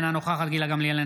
אינה נוכחת גילה גמליאל,